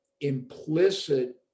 implicit